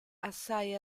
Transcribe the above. assai